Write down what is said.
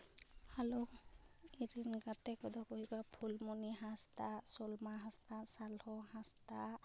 hello ᱤᱧᱨᱮᱱ ᱜᱟᱛᱮ ᱠᱚᱫᱚ ᱠᱚ ᱦᱩᱭᱩᱜᱼᱟ ᱯᱷᱩᱞᱢᱚᱱᱤ ᱦᱟᱸᱥᱫᱟ ᱥᱚᱞᱢᱟ ᱦᱟᱸᱥᱫᱟ ᱥᱟᱞᱦᱚ ᱦᱟᱸᱥᱫᱟ